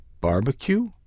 Barbecue